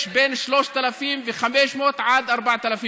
יש בין 3,500 ל-4,000 גמלים,